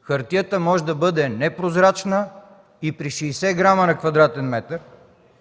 Хартията може да бъде непрозрачна и при 60 г/м2,